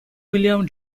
william